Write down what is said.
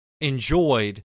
enjoyed